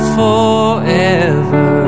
forever